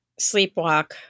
sleepwalk